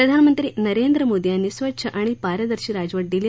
प्रधानमंत्री नरेंद्र मोदी यांनी स्वच्छ आणि पारदर्शी राजवट दिली